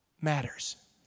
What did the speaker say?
matters